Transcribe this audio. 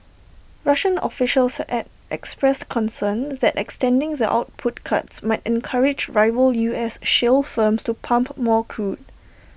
Russian officials had Ad expressed concern that extending the output cuts might encourage rival U S shale firms to pump more crude